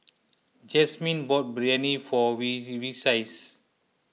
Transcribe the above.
Jasmine bought Biryani for Vicie